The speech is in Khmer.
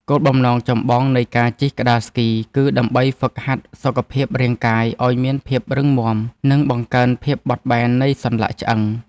គោលបំណងចម្បងនៃការជិះក្ដារស្គី គឺដើម្បីហ្វឹកហាត់សុខភាពរាងកាយឱ្យមានភាពរឹងមាំ និងបង្កើនភាពបត់បែននៃសន្លាក់ឆ្អឹង។